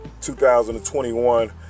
2021